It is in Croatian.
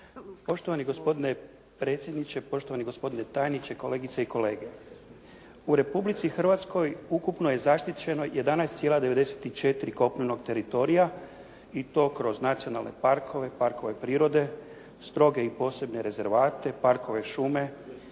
Poštovani gospodine predsjedniče, poštovani gospodine tajniče, kolegice i kolege. U Republici Hrvatskoj ukupno je zaštićeno 11,94 kopnenog teritorija i to kroz nacionalne parkove, parkove prirode, stroge i posebne rezervate, parkove, šume,